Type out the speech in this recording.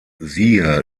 siehe